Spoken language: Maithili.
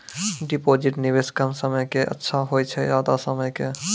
डिपॉजिट निवेश कम समय के के अच्छा होय छै ज्यादा समय के?